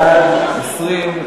בעד 20,